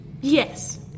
Yes